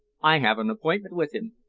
i have an appointment with him.